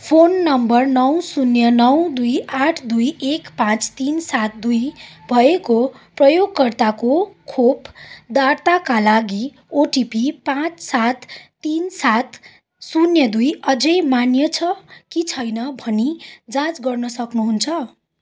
phone number नौ शून्य नौ दुई आठ दुई एक पाँच तिन सात दुई भएको प्रयोगकर्ताको खोप दार्ताका लागि ओटिपी पाँच सात तिन सात शून्य दुई अझै मान्य छ कि छैन भनी जाँच गर्न सक्नुहुन्छ